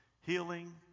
healing